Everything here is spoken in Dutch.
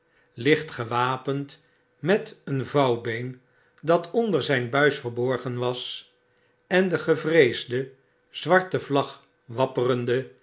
licht gewapend met een vouwbeen dat onder zyn buis verborgen was en de gevreesde zwarte vlag wapperende